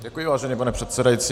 Děkuji, vážený pane předsedající.